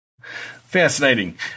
Fascinating